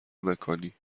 مکانی